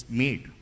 made